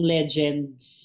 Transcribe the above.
Legends